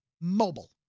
Mobile